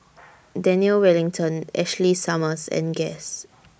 Daniel Wellington Ashley Summers and Guess